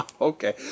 Okay